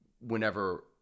whenever